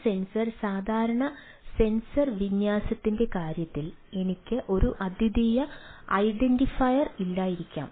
ഒരു സെൻസർ സാധാരണ സെൻസർ വിന്യാസത്തിന്റെ കാര്യത്തിൽ എനിക്ക് ഒരു അദ്വിതീയ ഐഡന്റിഫയർ ഇല്ലായിരിക്കാം